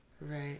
Right